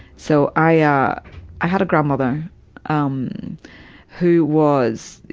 so i ah i had a grandmother um who was,